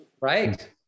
Right